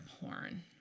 porn